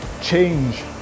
change